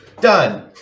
Done